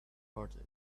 heart